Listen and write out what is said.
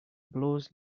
blows